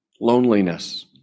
loneliness